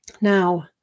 now